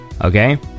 okay